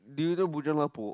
do you know bujang lapok